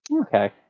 Okay